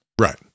Right